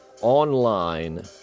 online